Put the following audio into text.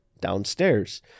downstairs